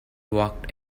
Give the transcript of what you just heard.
walked